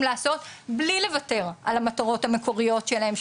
לעשות בלי לוותר על המטרות המקוריות שלהם,